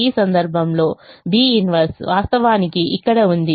ఈ సందర్భంలో B 1 వాస్తవానికి ఇక్కడ ఉంది